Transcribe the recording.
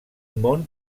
món